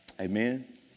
Amen